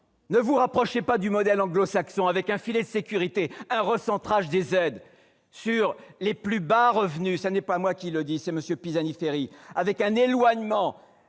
Ne vous rapprochez pas du modèle anglo-saxon, avec un filet de sécurité, un recentrage des aides sur les plus bas revenus- ce n'est pas moi qui le dis, c'est M. Pisani-Ferry -, un éloignement